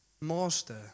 master